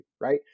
right